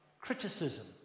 criticism